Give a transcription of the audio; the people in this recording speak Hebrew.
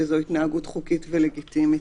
שזו התנהגות חוקית ולגיטימית.